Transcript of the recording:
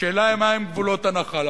השאלה היא מהם גבולות הנחלה.